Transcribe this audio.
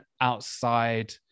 outside